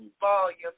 volume